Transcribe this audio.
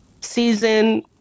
season